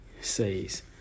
says